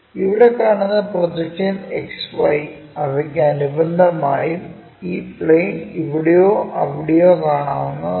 ഇവിടെക്കാണുന്ന projection XY അവയ്ക്ക് അനുബന്ധമായും ഈ പ്ലെയിൻ ഇവിടെയോ അവിടെയോ കാണാവുന്നതാണ്